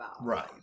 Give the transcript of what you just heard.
right